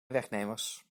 werknemers